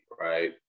right